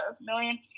million